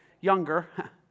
younger